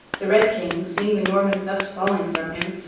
the red king, seeing the normans thus falling from him,